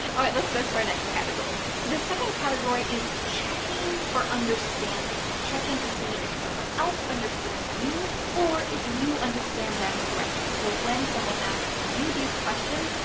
all right, let's go to our next category. the second category is checking for understanding. checking to see if someone else understands you, or if you understand them correctly. so when someone asks you these questions,